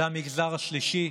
זה המגזר השלישי,